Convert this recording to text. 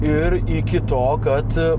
ir iki to kad